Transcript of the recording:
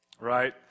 right